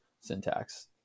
syntax